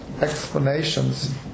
explanations